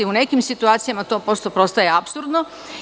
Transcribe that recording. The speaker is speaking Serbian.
U nekim situacijama to prosto postaje apsurdno.